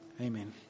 amen